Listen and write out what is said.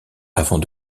avant